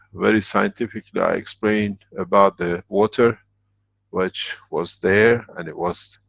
very scientifically i explained about the water which was there and it was,